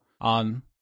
on